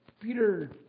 Peter